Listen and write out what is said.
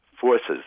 forces